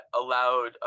allowed